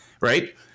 right